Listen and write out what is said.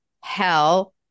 hell